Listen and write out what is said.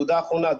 נקודה אחרונה.